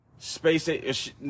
Space